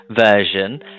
version